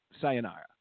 sayonara